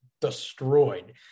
destroyed